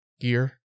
gear